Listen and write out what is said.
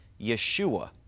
Yeshua